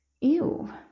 ew